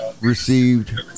received